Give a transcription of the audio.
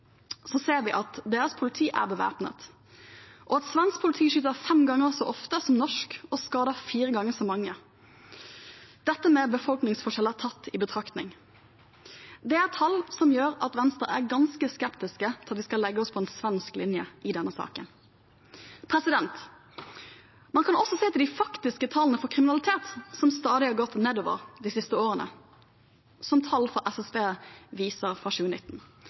ser vi at deres politi er bevæpnet, og at svensk politi skyter fem ganger så ofte som norsk og skader fire ganger så mange. Dette er med befolkningsforskjeller tatt i betraktning. Det er tall som gjør at Venstre er ganske skeptisk til at vi skal legge oss på en svensk linje i denne saken. Man kan også se på de faktiske tallene for kriminalitet, som stadig har gått nedover de siste årene, slik tall fra SSB fra 2019